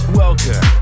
welcome